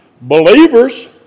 believers